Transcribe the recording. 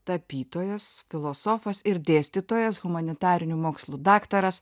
tapytojas filosofas ir dėstytojas humanitarinių mokslų daktaras